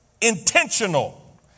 intentional